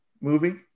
movie